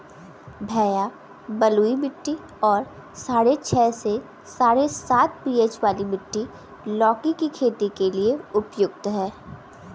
भैया बलुई मिट्टी और साढ़े छह से साढ़े सात पी.एच वाली मिट्टी लौकी की खेती के लिए उपयुक्त है